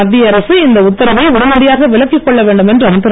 மத்திய அரசு இந்த உத்தரவை உடனடியாக விலக்கிக் கொள்ள வேண்டும் என்றும் திரு